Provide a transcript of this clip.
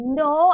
no